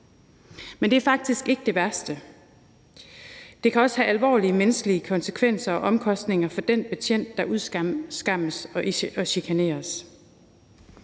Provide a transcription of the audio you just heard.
Men det er faktisk ikke det værste. Det kan også have alvorlige menneskelige konsekvenser og omkostninger for den betjent, der udskammes og chikaneres.